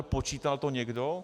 Počítal to někdo?